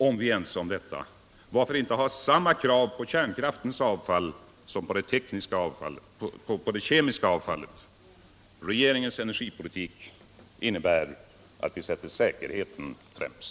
Om vi är ense om detta, varför inte ha samma krav på kärnkraftens avfall som på det kemiska avfallet? Regeringens energipolitik innebär att vi sätter säkerheten främst.